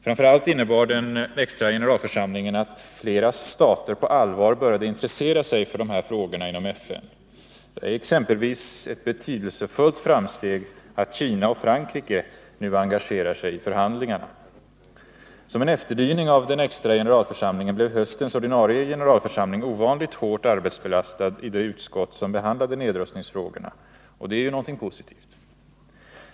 Framför allt innebar den extra generalförsamlingen att flera stater på allvar började intressera sig för dessa frågor inom FN. Det är exempelvis ett betydelsefullt framsteg att Kina och Frankrike nu engagerar sig i förhandlingarna. Som en efterdyning av den extra generalförsamlingen blev höstens ordinarie generalförsamling ovanligt hårt arbetsbelastad i det utskott som behandlade nedrustningsfrågorna — och det är ju någonting positivt.